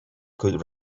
could